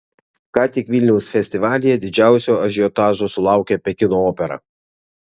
ką tik vilniaus festivalyje didžiausio ažiotažo sulaukė pekino opera